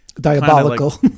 Diabolical